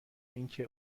اینکه